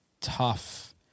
tough